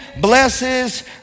blesses